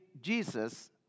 Jesus